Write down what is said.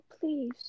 please